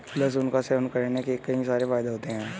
लहसुन का सेवन करने के कई सारे फायदे होते है